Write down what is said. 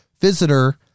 visitor